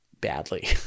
Badly